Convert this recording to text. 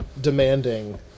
demanding